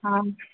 हा